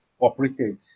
operated